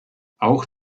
auch